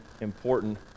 important